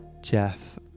Jeff